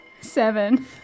Seven